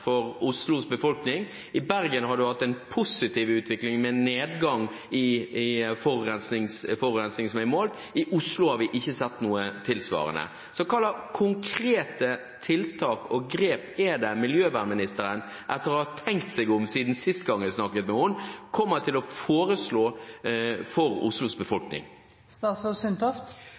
for Oslos befolkning. I Bergen har man hatt en positiv utvikling med en nedgang i forurensning som er et mål. I Oslo har vi ikke sett noe tilsvarende. Hvilke konkrete tiltak og grep er det miljøministeren – etter å ha tenkt seg om siden sist gang vi snakket med henne – kommer til å foreslå for Oslos